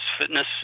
Fitness